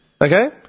Okay